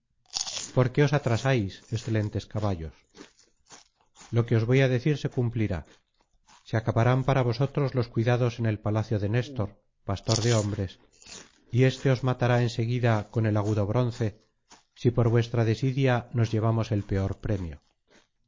por qué os atrasáis excelentes caballos lo que os voy á decir se cumplirá se acabarán para vosotros los cuidados en el palacio de néstor pastor de hombres y éste os matará en seguida con el agudo bronce si por vuestra desidia nos llevamos el peor premio